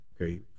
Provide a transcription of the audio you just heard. Okay